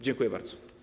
Dziękuję bardzo.